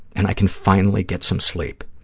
and i can finally get some sleep.